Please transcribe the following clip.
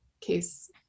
case